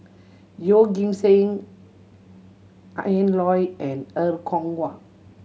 Yeoh Ghim Seng Ian Loy and Er Kwong Wah